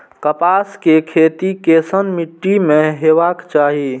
कपास के खेती केसन मीट्टी में हेबाक चाही?